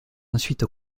ensuite